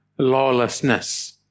lawlessness